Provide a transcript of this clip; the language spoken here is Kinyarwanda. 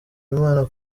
imana